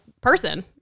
person